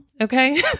Okay